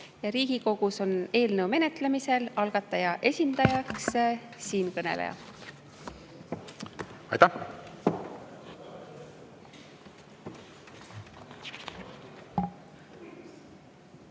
Riigikogus on eelnõu menetlemisel algataja esindajaks siinkõneleja.